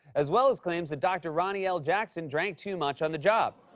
as well as claims that dr. ronny l. jackson drank too much on the job.